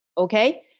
Okay